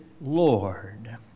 Lord